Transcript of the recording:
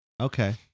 Okay